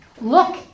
Look